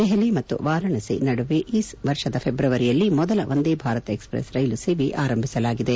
ದೆಹಲಿ ಮತ್ತು ವಾರಾಣಸಿ ನಡುವೆ ಈ ವರ್ಷದ ಫೆಬ್ರವರಿಯಲ್ಲಿ ಮೊದಲ ವಂದೇ ಭಾರತ್ ಎಕ್ಸೆಪ್ರೆಸ್ ರೈಲು ಸೇವೆ ಆರಂಭಿಸಲಾಗಿದೆ